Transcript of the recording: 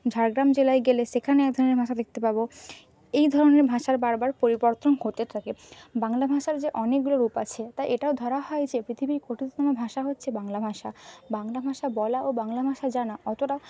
ঝাড়গ্রাম জেলায় গেলে সেখানে এক ধরনের ভাষা দেখতে পাব এই ধরনের ভাষার বারবার পরিবর্তন হতে থাকে বাংলা ভাষার যে অনেকগুলো রূপ আছে তা এটাও ধরা হয় যে পৃথিবীর কঠিনতম ভাষা হচ্ছে বাংলা ভাষা বাংলা ভাষা বলা ও বাংলা ভাষা জানা অতটা